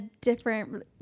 different